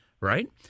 right